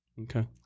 Okay